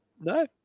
no